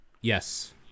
Yes